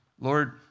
Lord